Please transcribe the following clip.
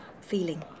feeling